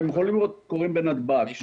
--- אתה מקוטע.